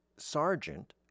Sergeant